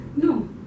No